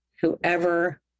whoever